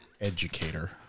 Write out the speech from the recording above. Educator